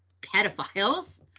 pedophiles